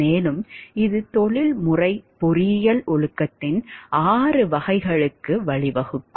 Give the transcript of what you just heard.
மேலும் இது தொழில்முறை பொறியியல் ஒழுக்கத்தின் 6 வகைகளுக்கு வழிவகுக்கும்